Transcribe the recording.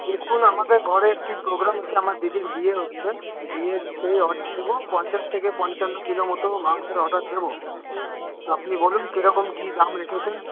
দেখুন আমাদের ঘরে একটি প্রোগ্রাম হচ্ছে আমার দিদির বিয়ে হচ্ছে বিয়েতে অর্ডার দিব পঞ্চাশ থেকে পঞ্চান্ন কিলো মতো মাংসের অর্ডার দেব তো আপনি বলুন কিরকম কি দাম রেখেছেন